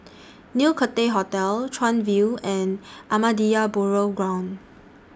New Cathay Hotel Chuan View and Ahmadiyya Burial Ground